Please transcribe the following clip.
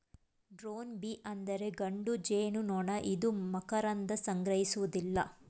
drone bee ಅಂದರೆ ಗಂಡು ಜೇನುನೊಣ ಇದು ಮಕರಂದ ಸಂಗ್ರಹಿಸುವುದಿಲ್ಲ